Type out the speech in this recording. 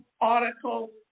article